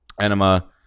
enema